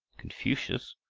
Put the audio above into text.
confucius,